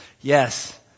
yes